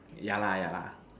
yeah lah yeah lah